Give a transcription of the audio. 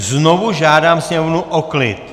Znovu žádám sněmovnu o klid!